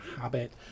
habit